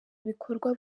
ibikorwa